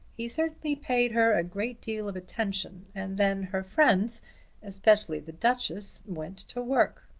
he certainly paid her a great deal of attention, and then her friends especially the duchess went to work.